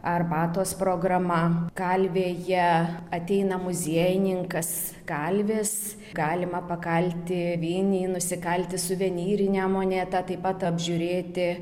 arbatos programa kalvėje ateina muziejininkas kalvis galima pakalti vinį nusikalti suvenyrinę monetą taip pat apžiūrėti